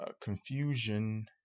confusion